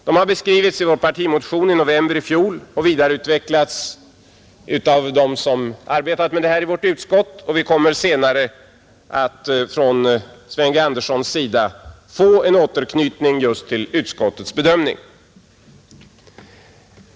De har beskrivits i vår partimotion i november i fjol och vidareutvecklats av dem som arbetat med detta i utskottet. Vi kommer senare av Sven G. Andersson att få en återknytning just till utskottets bedömning.